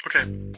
Okay